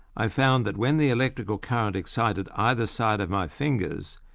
i found that when the electrical current excited either side of my fingers,